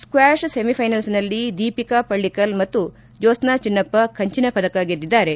ಸ್ಟ್ವಾಷ್ ಸೆಮಿಫೈನಲ್ಸ್ನಲ್ಲಿ ದೀಪಿಕಾ ಪಳ್ಳಕಲ್ ಮತ್ತು ಜ್ಲೋತ್ಸ್ನಾ ಚಿನ್ನಪ್ಪ ಕಂಚಿನ ಪದಕ ಗೆದ್ದಿದ್ದಾರೆ